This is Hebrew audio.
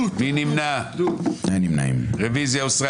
הרוויזיה הוסרה.